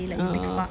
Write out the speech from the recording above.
orh